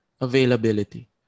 Availability